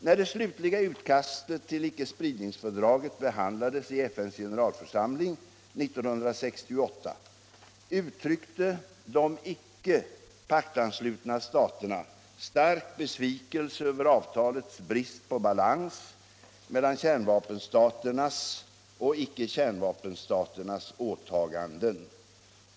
När det slutliga utkastet till icke-spridningsfördraget behandlades i FN:s generalförsamling 1968 uttryckte de icke-paktanslutna staterna stark besvikelse över avtalets brist på balans mellan kärnvapenstaternas och icke-kärnvapenstaternas åtaganden.